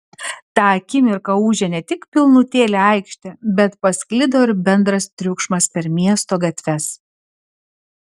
tą akimirką ūžė ne tik pilnutėlė aikštė bet pasklido ir bendras triukšmas per miesto gatves